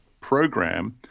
program